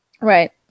right